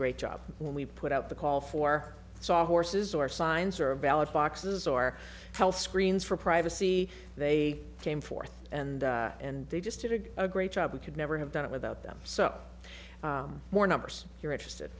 great job when we put out the call for sawhorses or signs or a ballot boxes or health screens for privacy they they came forth and and they just did a great job we could never have done it without them so more numbers you're interested